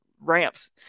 ramps